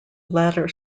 latter